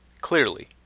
clearly